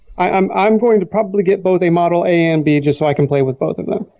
i'm i'm going to probably get both a model and b just so i can play with both of them.